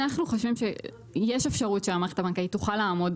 אנחנו חושבים שיש אפשרות שהמערכת הבנקאית תוכל לעמוד